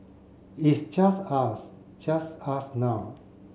is just us just us now